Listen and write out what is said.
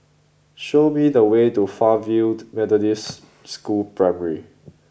show me the way to Fairfield Methodist School Primary